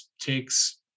takes